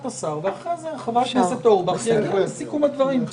השר ואחרי זה חבר הכנסת אורבך יגיע אתם לסיכום הדברים.